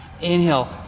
inhale